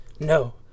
No